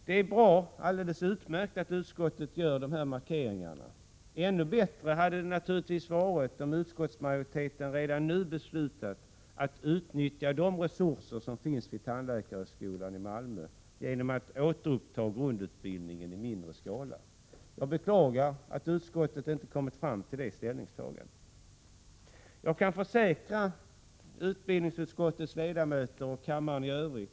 Det är utmärkt att utskottet gör dessa markeringar. Ännu bättre hade det naturligtvis varit om utskottsmajoriteten redan nu beslutat att utnyttja resurserna vid tandläkarhögskolan i Malmö genom att återuppta grundutbildningen i mindre skala. Jag beklagar att utskottet inte kommit fram till det ställningstagandet. Jag kan försäkra utbildningsutskottets ledamöter och kammaren i övrigt Prot.